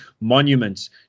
monuments